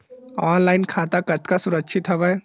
Online खाता कतका सुरक्षित हवय?